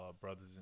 brothers